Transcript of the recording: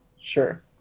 Sure